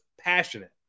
passionate